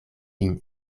lin